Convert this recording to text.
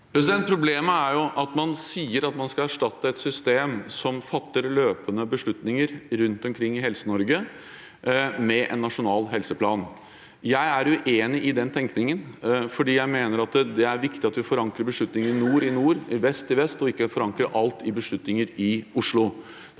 Problemet er jo at man sier at man skal erstatte et system som fatter løpende beslutninger rundt omkring i Helse-Norge med en nasjonal helseplan. Jeg er uenig i den tenkningen, for jeg mener at det er viktig at vi forankrer beslutningene i nord i nord, i vest i vest og ikke forankrer alle beslutninger i Oslo.